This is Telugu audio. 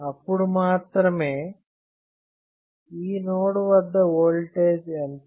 అప్పుడు మాత్రమే "ఈ నోడ్ వద్ద ఓల్టేజ్ ఎంత